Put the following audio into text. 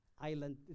island